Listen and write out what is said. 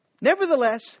Nevertheless